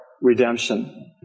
redemption